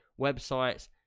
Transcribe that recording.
websites